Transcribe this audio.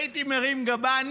הייתי מרים גבה.